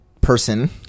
person